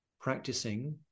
practicing